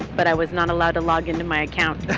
but i was not allowed to log into my account